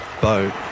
boat